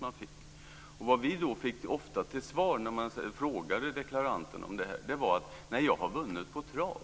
Det som vi ofta fick till svar när vi frågade deklaranterna var: Jag har vunnit på trav.